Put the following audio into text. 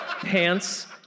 pants